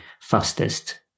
fastest